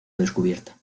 descubierta